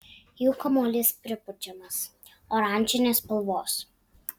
jų kamuolys pripučiamas oranžinės spalvos